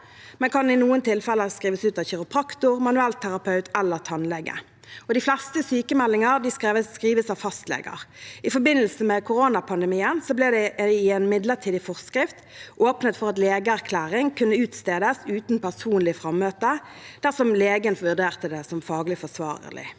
men kan i noen tilfeller skrives ut av kiropraktor, manuellterapeut eller tannlege. De fleste sykmeldinger skrives ut av fastleger. I forbindelse med koronapandemien ble det i en midlertidig forskrift åpnet for at legeerklæring kunne utstedes uten personlig frammøte dersom legen vurderte det som faglig forsvarlig.